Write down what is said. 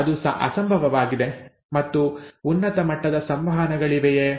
ಅದು ಅಸಂಭವವಾಗಿದೆ ಮತ್ತು ಉನ್ನತ ಮಟ್ಟದ ಸಂವಹನಗಳಿವೆಯೇ